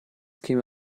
käme